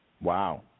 Wow